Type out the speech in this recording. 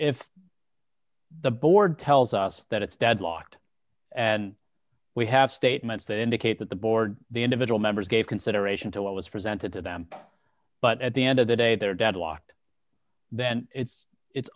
if the board tells us that it's deadlocked and we have statements that indicate that the board the individual members gave consideration to what was presented to them but at the end of the day they're deadlocked then it's it's